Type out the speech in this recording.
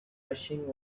rushing